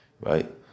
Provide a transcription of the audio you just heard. right